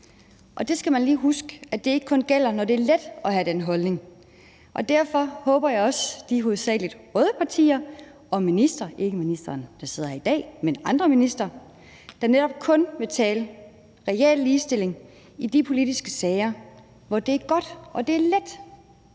Og man skal lige huske, at det ikke kun gælder, når det er let at have den holdning. Derfor siger jeg også til de hovedsagelig røde partier og ministre – ikke ministeren, som sidder her i dag, men andre ministre – der netop kun vil tale reel ligestilling i de politiske sager, hvor det er godt, og hvor det er let: